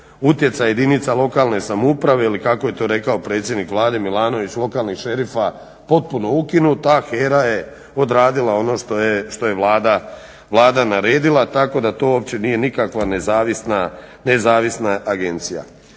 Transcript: utjecaj jedinica lokalne samouprave ili kako je to rekao predsjednik Vlade Milanović lokanih šerifa potpuno ukinut, a HERA je odradila ono što je Vlada naredila tako da to uopće nije nikakva nezavisna agencija.